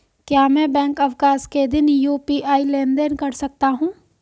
क्या मैं बैंक अवकाश के दिन यू.पी.आई लेनदेन कर सकता हूँ?